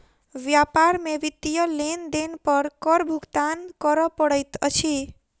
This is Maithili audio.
व्यापार में वित्तीय लेन देन पर कर भुगतान करअ पड़ैत अछि